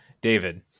David